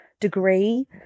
degree